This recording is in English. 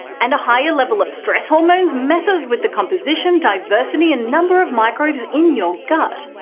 and a higher level of stress hormones messes with the composition, diversity and number of microbes in your gut.